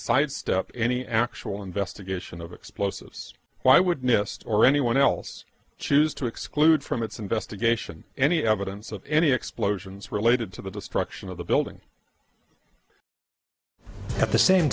sidestep any actual investigation of explosives why would nist or anyone else choose to exclude from its investigation any evidence of any explosions related to the destruction of the building at the same